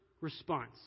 response